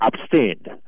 abstained